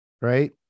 Right